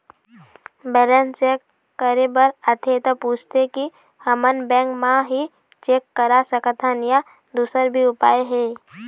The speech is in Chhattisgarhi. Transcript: बैलेंस चेक करे बर आथे ता पूछथें की हमन बैंक मा ही चेक करा सकथन या दुसर भी उपाय हे?